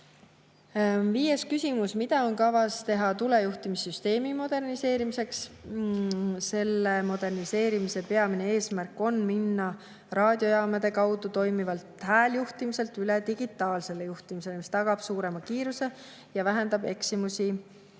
Viies küsimus: mida on kavas teha tulejuhtimissüsteemi moderniseerimiseks? Selle moderniseerimise peamine eesmärk on minna raadiojaamade kaudu toimivalt hääljuhtimiselt üle digitaalsele juhtimisele, mis tagab suurema kiiruse ja vähendab eksimusi